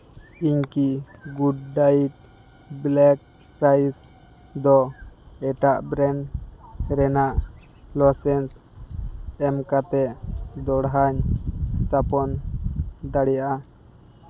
ᱤᱧ ᱠᱤ good diet black rice ᱫᱚ ᱮᱴᱟᱜ ᱵᱨᱮᱱᱰ ᱨᱮᱱᱟᱜ ᱞᱳᱥᱮᱱᱥ ᱮᱢ ᱠᱟᱛᱮᱫ ᱫᱚᱦᱲᱟᱧ ᱥᱛᱷᱟᱯᱚᱱ ᱫᱟᱲᱮᱭᱟᱜᱼᱟ